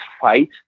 fight